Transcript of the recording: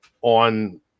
on